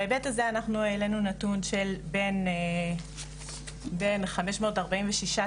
בהיבט הזה אנחנו העלנו נתון של בין חמש מאות ארבעים ושישה